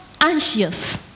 anxious